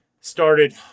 started